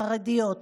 החרדיות,